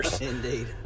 indeed